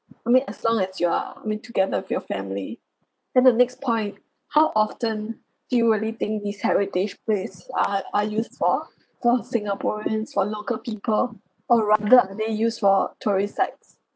I mean as long as you are I mean together with your family and the next point how often do you really think these heritage place are are used for for singaporeans for local people or rather are they use for tourist sites